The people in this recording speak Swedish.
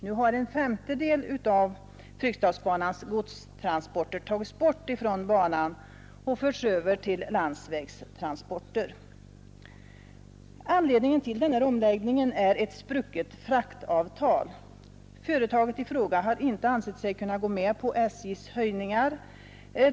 Nu har en femtedel av Fryksdalsbanans godstransporter tagits bort från banan och förts över till landsvägstransporter. Anledningen till den här omläggningen är ett sprucket fraktavtal. Företaget i fråga har inte ansett sig kunna gå med på SJ:s höjningar.